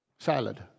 Salad